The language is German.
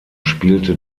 spielte